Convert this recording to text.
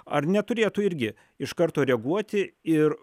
ar neturėtų irgi iš karto reaguoti ir